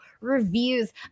reviews